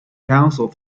counsel